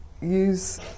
use